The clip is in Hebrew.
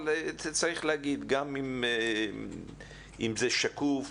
אבל צריך להגיד, גם אם זה שקוף,